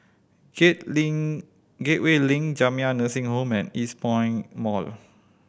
Gateway Link Jamiyah Nursing Home and Eastpoint Mall